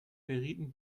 verrieten